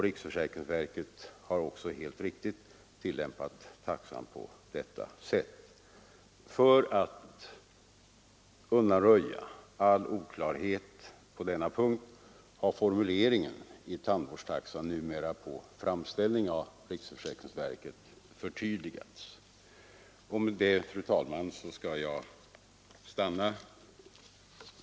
Riksförsäkringsverket har också helt riktigt tillämpat taxan på detta sätt. För att undanröja all oklarhet på denna punkt har formuleringen i tandvårdstaxan numera, på framställning av riksförsäkringsverket, förtydligats. Med det, fru talman, skall jag sluta.